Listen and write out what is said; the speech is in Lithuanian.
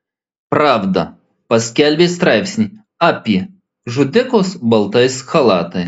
pravda paskelbė straipsnį apie žudikus baltais chalatais